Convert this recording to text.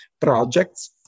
projects